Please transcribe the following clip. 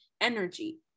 energy